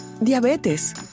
Diabetes